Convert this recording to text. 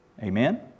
Amen